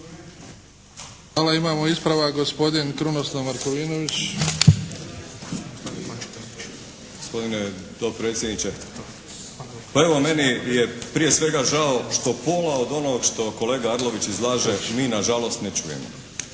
Hvala. Imamo ispravak gospodin Krunoslav Markovinović. **Markovinović, Krunoslav (HDZ)** Gospodine dopredsjedniče! Pa evo meni je prije svega žao što pola od onog što kolega Arlović izlaže mi nažalost ne čujemo,